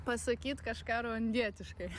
pasakyt kažką rundietiškai